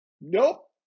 nope